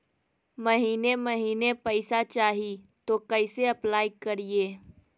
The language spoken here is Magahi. महीने महीने पैसा चाही, तो कैसे अप्लाई करिए?